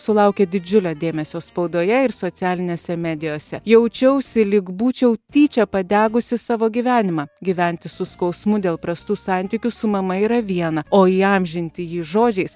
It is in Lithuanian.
sulaukė didžiulio dėmesio spaudoje ir socialinėse medijose jaučiausi lyg būčiau tyčia padegusi savo gyvenimą gyventi su skausmu dėl prastų santykių su mama yra viena o įamžinti jį žodžiais